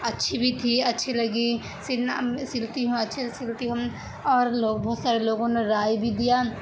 اچھی بھی تھی اچھی لگی سلنا سلتی ہوں اچھے سے سلتی ہوں اور لوگ بہت سارے لوگوں نے رائے بھی دیا